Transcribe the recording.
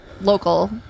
local